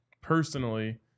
personally